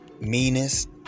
meanest